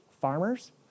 farmers